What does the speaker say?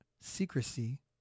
secrecy